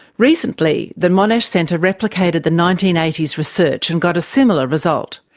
recently the monash centre replicated the nineteen eighty s research and got a similar result.